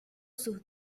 sus